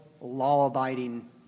law-abiding